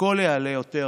הכול יעלה יותר.